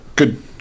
Good